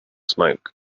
smoke